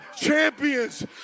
Champions